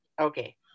Okay